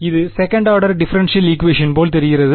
இது second order differential equation போல் தெரிகிறது